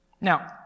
Now